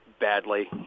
badly